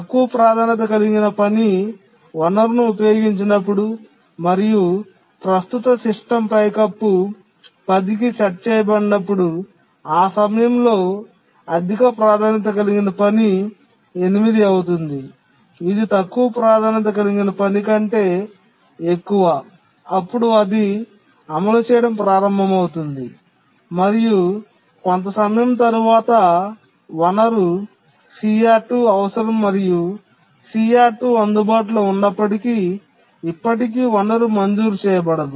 తక్కువ ప్రాధాన్యత కలిగిన పని వనరును ఉపయోగించినప్పుడు మరియు ప్రస్తుత సిస్టమ్ సీలింగ్ 10 కి సెట్ చేయబడినప్పుడు ఆ సమయంలో అధిక ప్రాధాన్యత కలిగిన పని 8 అవుతుంది ఇది తక్కువ ప్రాధాన్యత కలిగిన పని కంటే ఎక్కువ అప్పుడు అది అమలు చేయడం ప్రారంభమవుతుంది మరియు కొంత సమయం తరువాత వనరు CR2 అవసరం మరియు CR2 అందుబాటులో ఉన్నప్పటికీ ఇప్పటికీ వనరు మంజూరు చేయబడదు